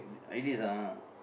ideas ah